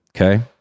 Okay